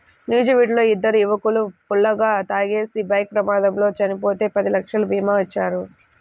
నూజివీడులో ఇద్దరు యువకులు ఫుల్లుగా తాగేసి బైక్ ప్రమాదంలో చనిపోతే పది లక్షల భీమా ఇచ్చారు